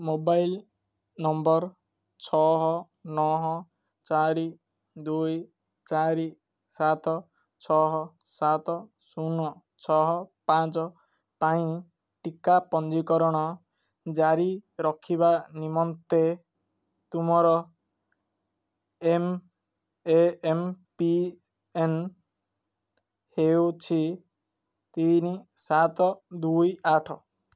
mobile number ଛଅ ନଅ ଚାରି ଦୁଇ ଚାରି ସାତ ଛଅ ସାତ ଶୂନ ଛଅ ପାଞ୍ଚ ପାଇଁ ଟିକା ପଞ୍ଜୀକରଣ ଜାରି ରଖିବା ନିମନ୍ତେ ତୁମର M A M P N ହେଉଛି ତିନି ସାତ ଦୁଇ ଆଠ